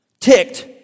ticked